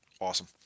Awesome